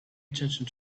attention